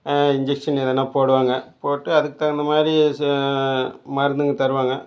injection எதனா போடுவாங்க போட்டு அதுக்குத் தகுந்த மாதிரி ச மருந்துங்க தருவாங்க